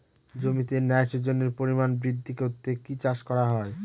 জমিতে নাইট্রোজেনের পরিমাণ বৃদ্ধি করতে কি চাষ করা হয়?